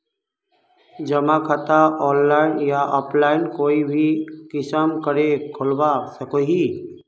जमा खाता ऑनलाइन या ऑफलाइन कोई भी किसम करे खोलवा सकोहो ही?